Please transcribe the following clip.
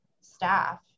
staff